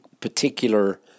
particular